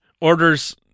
orders